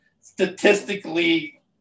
Statistically